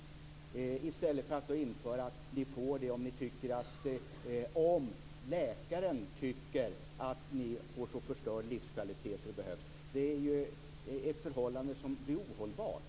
Om man i stället säger att ni får en andra bedömning om läkaren tycker att ni får så förstörd livskvalitet att det behövs, blir ju förhållandet ohållbart.